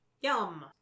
Yum